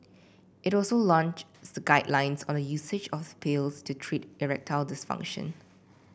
it will also launch guidelines on the usage of pills to treat erectile dysfunction